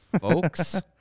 folks